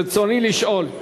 רצוני לשאול: